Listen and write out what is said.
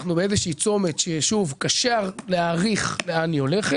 אנחנו באיזה שהוא צומת שקשה להאריך לאן הוא הולך,